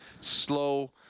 slow